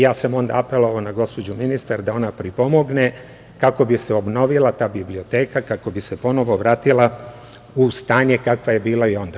Ja sam apelovao na gospođu ministar da ona pripomogne kako bi se obnovila ta biblioteka, kako bi se ponovo vratila u stanje kakva je bila i onda.